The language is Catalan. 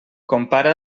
compara